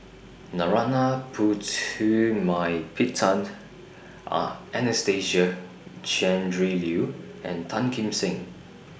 Narana Putumaippittan Are Anastasia Tjendri Liew and Tan Kim Seng